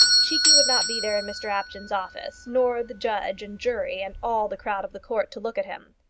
cheekey would not be there in mr apjohn's office, nor the judge and jury and all the crowd of the court to look at him.